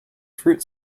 fruit